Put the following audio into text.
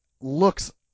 looks